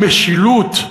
המשילות,